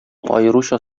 аеруча